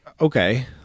okay